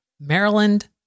Maryland